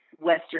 Western